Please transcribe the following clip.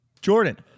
Jordan